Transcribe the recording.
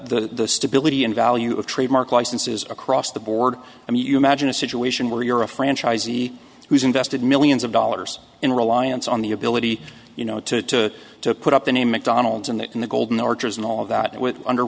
the stability and value of trademark licenses across the board i mean you imagine a situation where you're a franchisee who's invested millions of dollars in reliance on the ability you know to to put up in a mcdonald's in that in the golden arches and all of that with under